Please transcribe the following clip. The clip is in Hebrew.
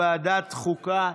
לוועדת החוקה,